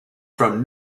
from